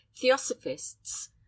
theosophists